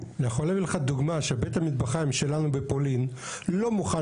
אני יכול להביא לך דוגמה שבית המטבחיים שלנו בפולין לא מוכן